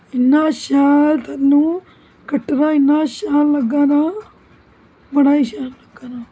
इन्ना शैल थल्लो कटरा इन्ना शैल लग्गा ना बड़ा ही शैल लग्गा दा